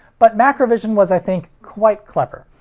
but macrovision was i think quite clever.